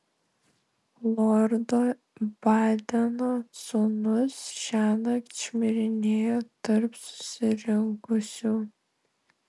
lordo badeno sūnus šiąnakt šmirinėjo tarp susirinkusių